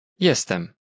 Jestem